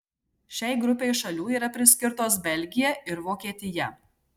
šiai grupei šalių yra priskirtos belgija ir vokietija